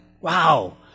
Wow